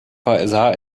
versah